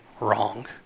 wrong